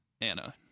Anna